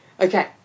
Okay